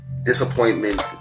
disappointment